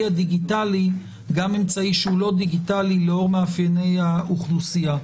הדיגיטלי גם אמצעי שאינו דיגיטלי לאור מאפייני האוכלוסייה.